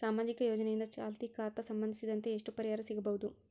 ಸಾಮಾಜಿಕ ಯೋಜನೆಯಿಂದ ಚಾಲತಿ ಖಾತಾ ಸಂಬಂಧಿಸಿದಂತೆ ಎಷ್ಟು ಪರಿಹಾರ ಸಿಗಬಹುದು?